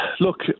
look